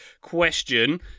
question